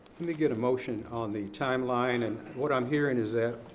let me get a motion on the timeline, and what i'm hearing is that,